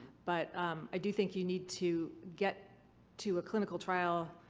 but i do think you need to get to a clinical trial